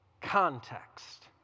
context